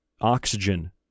oxygen